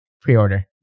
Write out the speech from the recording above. pre-order